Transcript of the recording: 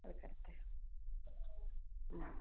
okay okay ம்